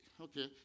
Okay